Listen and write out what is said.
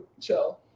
chill